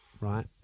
Right